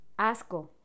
Asco